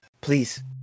Please